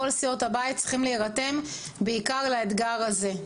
כל סיעות הבית צריכים להירתם בעיקר לאתגר הזה.